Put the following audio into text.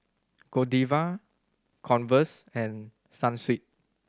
Godiva Converse and Sunsweet